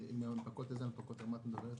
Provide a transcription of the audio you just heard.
הנפקות את מדברת?